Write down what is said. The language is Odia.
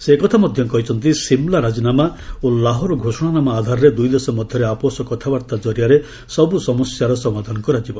ସେ ଏକଥା ମଧ୍ୟ କହିଛନ୍ତି ସିମ୍ଲା ରାଜିନାମା ଓ ଲାହୋର ଘୋଷଣାନାମା ଆଧାରରେ ଦୁଇଦେଶ ମଧ୍ୟରେ ଆପୋଷ କଥାବାର୍ତ୍ତା ଜରିଆରେ ସବୁ ସମସ୍ୟାର ସମାଧାନ କରାଯିବ